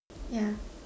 yeah